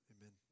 Amen